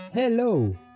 Hello